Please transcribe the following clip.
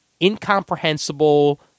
incomprehensible